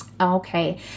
Okay